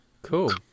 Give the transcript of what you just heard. Cool